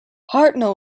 hartnell